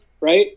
right